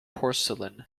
porcelain